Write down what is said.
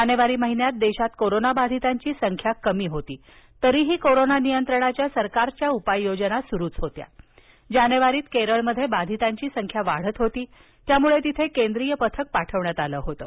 जानेवारी महिन्यात देशात कोरोना बाधितांची संख्या कमी होती तरीही कोरोना नियंत्रणाच्या सरकारच्या उपाय योजना सुरूच होत्या जानेवारीत केरळमध्ये बाधितांची संख्या वाढत होती त्यामुळे तिथे केंद्रीय पथक पाठवण्यात आलं होतं